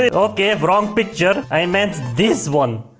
ah okay wrong picture. i meant this one.